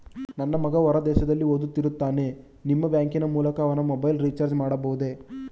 ನನ್ನ ಮಗ ಹೊರ ದೇಶದಲ್ಲಿ ಓದುತ್ತಿರುತ್ತಾನೆ ನಿಮ್ಮ ಬ್ಯಾಂಕಿನ ಮೂಲಕ ಅವನ ಮೊಬೈಲ್ ರಿಚಾರ್ಜ್ ಮಾಡಬಹುದೇ?